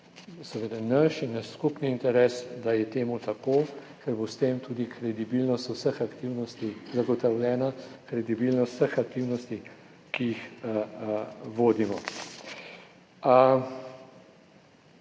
seveda naš skupni interes, da je to tako, ker bo s tem tudi kredibilnost vseh aktivnosti zagotovljena, kredibilnost vseh aktivnosti, ki jih vodimo.